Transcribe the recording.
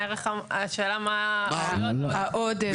השאלה מה ההוצאות העודפות.